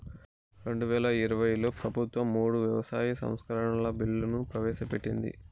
రెండువేల ఇరవైలో ప్రభుత్వం మూడు వ్యవసాయ సంస్కరణల బిల్లులు ప్రవేశపెట్టింది